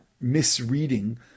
misreading